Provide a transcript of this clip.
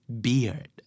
beard